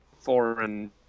foreign